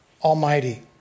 Almighty